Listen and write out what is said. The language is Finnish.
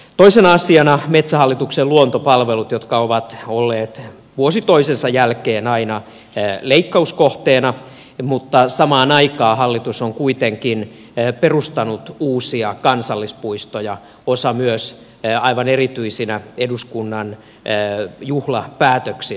toisena asiana metsähallituksen luontopalvelut jotka ovat olleet vuosi toisensa jälkeen aina leikkauskohteena mutta samaan aikaan hallitus on kuitenkin perustanut uusia kansallispuistoja osan myös aivan erityisinä eduskunnan juhlapäätöksinä